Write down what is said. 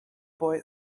boy